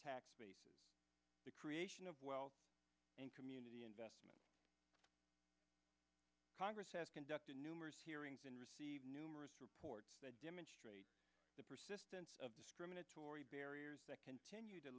tax base the creation of wealth and community investment congress has conducted numerous hearings numerous reports that demonstrate the persistence of discriminatory barriers that continue to